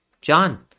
John